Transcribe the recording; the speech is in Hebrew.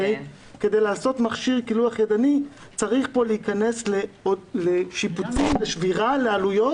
כדי לעשות מכשיר קילוח ידני צריך להיכנס לשיפוצים ושבירה לעלויות.